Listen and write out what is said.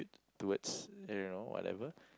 towards you know whatever